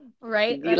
right